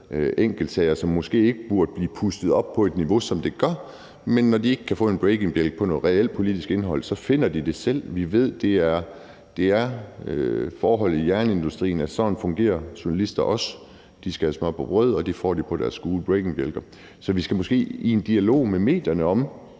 enkeltsager, som måske ikke burde blive pustet op på et niveau, som de gør. Men når de ikke kan få en breaking news-bjælke om noget reelt politisk indhold, finder de det selv. Vi ved, at det er forholdene i jernindustrien, og sådan fungerer journalister også. De skal have smør på brødet, og det får de på deres gule breaking news-bjælker. Så vi skal måske i en dialog med medierne om